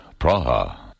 Praha